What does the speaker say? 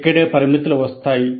ఇక్కడే పరిమితులు వస్తాయి